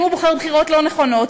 אם הוא בוחר בחירות לא נכונות,